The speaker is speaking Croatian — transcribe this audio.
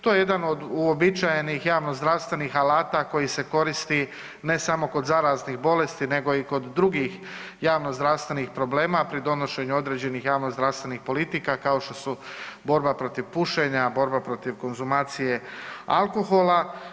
To je jedan od uobičajenih javnozdravstvenih alata koji se koristi ne samo kod zaraznih bolesti nego i kod drugih javnozdravstvenih problema, a pri donošenju određenih javnozdravstvenih politika kao što su borba protiv pušenja, borba protiv konzumacije alkohola.